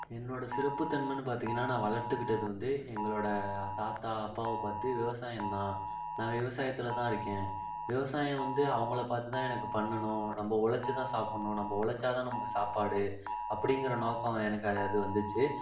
என்னோடய சிறப்புத்தன்மனு பார்த்திங்கன்னா நான் வளர்த்துக்கிட்டது வந்து எங்களோட தாத்தா அப்பாவை பார்த்து விவசாயந்தான் நான் விவசாயத்தில் தான் இருக்கேன் விவசாயம் வந்து அவங்கள பார்த்து தான் எனக்கு பண்ணணும் நம்ம உலச்சி தான் சாப்பிட்ணும் நம்ம உலச்சா தான் நமக்கு சாப்பாடு அப்படிங்கிற நோக்கம் எனக்கு அது வந்துச்சு